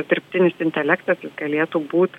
dirbtinis intelektas galėtų būt